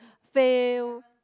fail